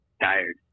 Tired